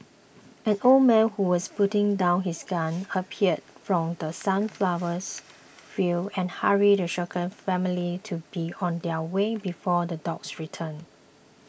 an old man who was putting down his gun appeared from The Sunflowers fields and hurried the shaken family to be on their way before the dogs return